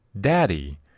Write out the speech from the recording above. Daddy